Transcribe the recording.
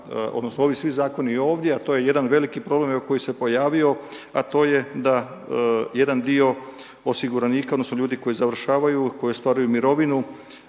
odnosno ovi svi zakoni ovdje a to je jedan veliki problem koji se pojavio, a to je da jedan dio osiguranika odnosno ljudi koji završavaju, koji ostvaruju mirovinu